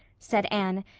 said anne,